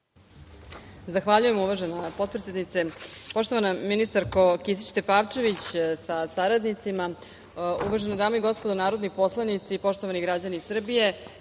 Zahvaljujem uvažena potpredsednice. Poštovana ministarko Kisić Tepavčević sa saradnicima, uvažene dame i gospodo narodni poslanici, poštovani građani Srbije,